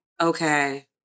Okay